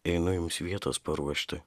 einu jums vietos paruošti